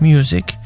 Music